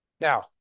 Now